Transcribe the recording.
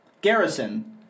Garrison